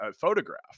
photograph